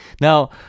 Now